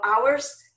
hours